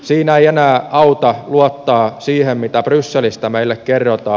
siinä ei enää auta luottaa siihen mitä brysselistä meille kerrotaan